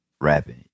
rapping